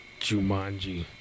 Jumanji